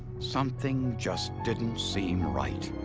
something just didn't seem right.